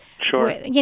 Sure